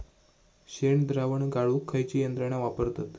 शेणद्रावण गाळूक खयची यंत्रणा वापरतत?